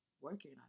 working